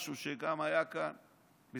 משהו שגם היה כאן בזמנו.